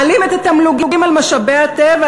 מעלים את התמלוגים על משאבי הטבע,